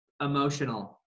emotional